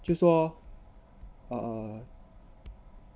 就说 err